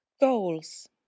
goals